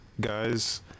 guys